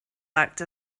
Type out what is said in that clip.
act